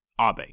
Abe